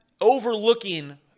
overlooking